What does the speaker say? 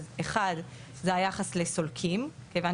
אחד זה היחס לסולקים כיוון